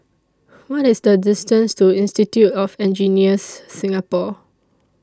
What IS The distance to Institute of Engineers Singapore